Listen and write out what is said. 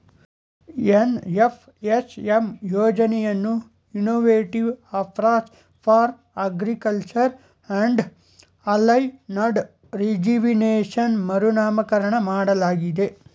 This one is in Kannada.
ಎನ್.ಎಫ್.ಎಸ್.ಎಂ ಯೋಜನೆಯನ್ನು innovative approach for agriculture and allied regeneration ಮರುನಾಮಕರಣ ಮಾಡಲಾಗಿದೆ